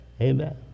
Amen